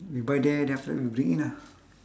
we buy there then after that we bring in ah